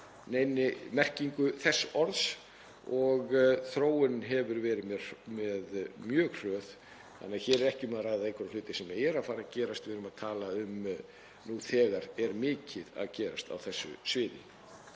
neinni merkingu þess orðs. Þróunin hefur verið mjög hröð þannig að hér er ekki um að ræða einhverja hluti sem eru að fara að gerast, við erum að tala um að nú þegar er mikið að gerast á þessu sviði.